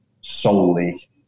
solely